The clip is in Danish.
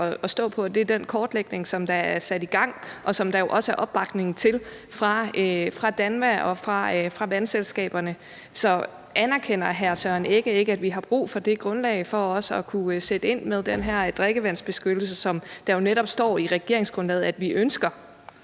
at stå på, det er den kortlægning, som er sat i gang, og som der jo også er opbakning til fra DANVA og fra vandselskaberne. Så anerkender hr. Søren Egge Rasmussen ikke, at vi har brug for det grundlag for også at kunne sætte ind med den her drikkevandsbeskyttelse, som der netop står i regeringsgrundlaget at vi ønsker?